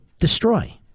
Destroy